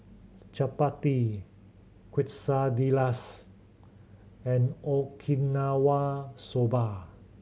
Chapati Quesadillas and Okinawa Soba